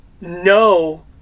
no